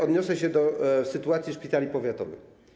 Odniosę się do sytuacji szpitali powiatowych.